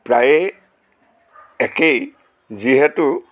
প্ৰায়ে একেই যিহেতু